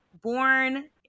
born